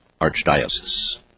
Archdiocese